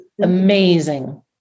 amazing